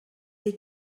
des